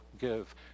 give